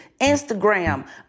Instagram